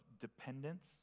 dependence